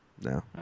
no